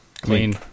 Clean